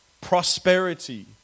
Prosperity